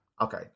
Okay